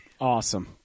Awesome